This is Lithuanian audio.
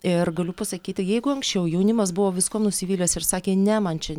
ir galiu pasakyti jeigu anksčiau jaunimas buvo viskuo nusivylęs ir sakė ne man čia